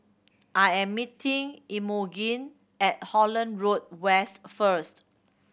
I am meeting Imogene at Holland Road West first